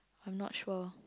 I'm not sure